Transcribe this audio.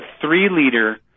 three-liter